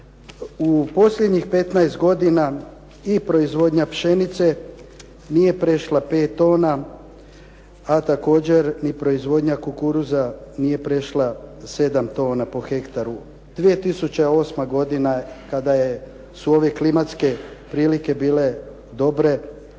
U posljednjih 15 godina i proizvodnja pšenice nije prešla 5 tona, a također ni proizvodnja kukuruza nije prešla 7 tona po hektaru. 2008. godina kada je, su ove klimatske prilike bile dobre